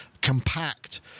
compact